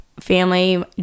family